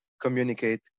communicate